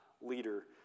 leader